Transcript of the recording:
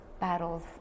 battles